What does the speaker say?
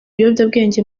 ibiyobyabwenge